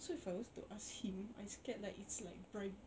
so if I were to ask him I scared it's like bribe